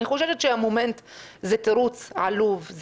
אני חוששת שהמומנט זה תירוץ עלוב,